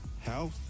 health